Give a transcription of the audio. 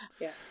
Yes